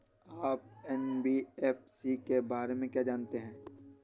आप एन.बी.एफ.सी के बारे में क्या जानते हैं?